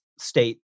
state